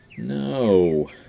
No